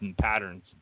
patterns